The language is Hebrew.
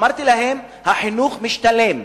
אמרתי להם: החינוך משתלם,